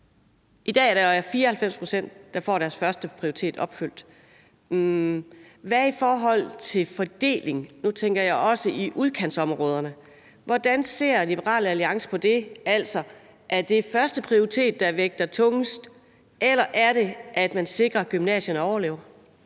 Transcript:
i dag er der 94 pct., der får deres ønske i forhold til førsteprioritet opfyldt. Hvad tænker man i forhold til fordeling? Nu tænker jeg også i udkantsområderne, hvordan ser Liberal Alliance på det? Er det førsteprioritet, der vejer tungest, eller er det, at man sikrer, at gymnasierne overlever?